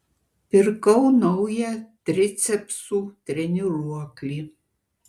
pirkau naują tricepsų treniruoklį